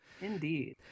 Indeed